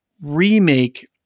remake